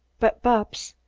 but, bupps,